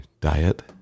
diet